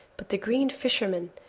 but the green fisherman,